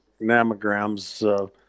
mammograms